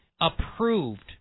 approved